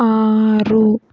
ಆರು